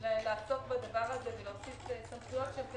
לעסוק בזה ולהוסיף סמכויות.